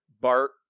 Bart